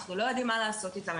אנחנו לא יודעים מה לעשות איתם,